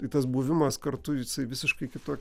tai tas buvimas kartu jisai visiškai kitoks